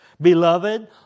Beloved